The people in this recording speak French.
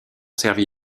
servi